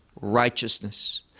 righteousness